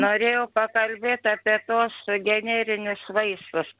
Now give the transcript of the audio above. norėjau pakalbėt apie tuos generinius vaistus